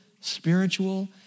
spiritual